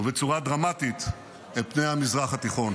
ובצורה דרמטית, את פני המזרח התיכון.